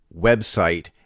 website